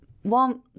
One